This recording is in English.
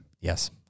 Yes